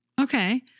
Okay